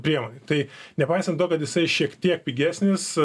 priemonė tai nepaisant to kad jisai šiek tiek pigesnis